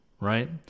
right